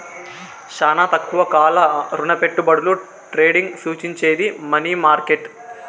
శానా తక్కువ కాల రుణపెట్టుబడుల ట్రేడింగ్ సూచించేది మనీ మార్కెట్